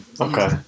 Okay